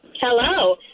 Hello